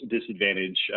disadvantage